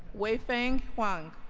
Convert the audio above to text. weifeng huang